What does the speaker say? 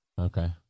Okay